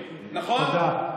נכון,